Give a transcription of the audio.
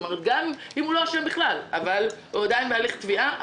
כלומר גם אם הוא לא אשם בכלל אבל הוא עדיין בהליך תביעה.